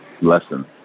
lesson